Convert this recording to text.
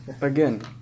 Again